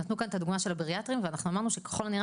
נתנו כאן את הדוגמא של הבריאטריה ואנחנו אמרנו שככל הנראה